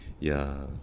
ya